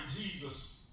Jesus